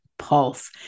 Pulse